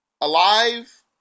alive